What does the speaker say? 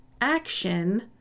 Action